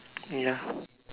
ya